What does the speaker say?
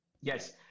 Yes